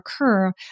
occur